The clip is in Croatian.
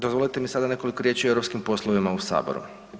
Dozvolite mi sada nekoliko riječi o europskim poslovima u Saboru.